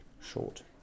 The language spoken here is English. short